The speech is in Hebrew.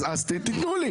אז תתנו לי.